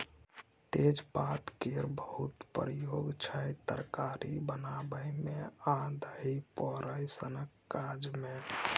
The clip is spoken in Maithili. तेजपात केर बहुत प्रयोग छै तरकारी बनाबै मे आ दही पोरय सनक काज मे